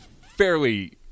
fairly